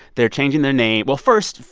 they're changing their name well, first,